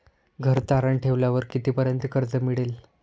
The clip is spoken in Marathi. घर तारण ठेवल्यावर कितीपर्यंत कर्ज मिळेल?